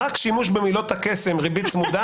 רק שימוש במילות הקסם "ריבית צמודה"